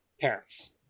parents